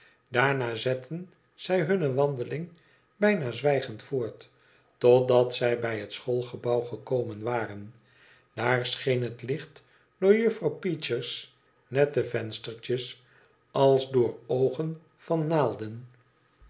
daarna zetten zij hunne wandeling bijna zwijgend voort totdat zij bij het schoolgebouw gekomen waren daar scheen het licht door juffrouw peecher's nette venstertjes als door oogen van naalden